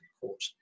court